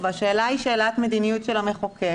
השאלה היא שאלת המדיניות של המחוקק.